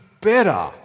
better